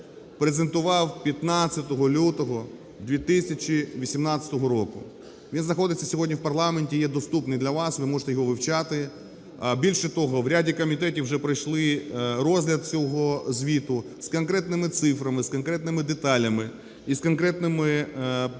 презентував 15 лютого 2018 року. Він знаходиться сьогодні в парламенті, є доступний для вас, ви можете його вивчати. Більше того, в ряді комітетів вже пройшли розгляд цього звіту з конкретними цифрами, з конкретними деталями і з конкретними планами,